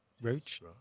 Roach